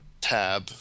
tab